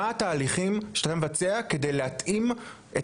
מה הם התהליכים שאתה מבצע על מנת להתאים את